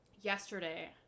yesterday